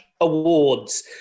awards